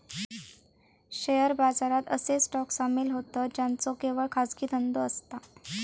share बाजारात असे stock सामील होतं ज्यांचो केवळ खाजगी धंदो असता